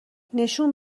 نشون